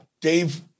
Dave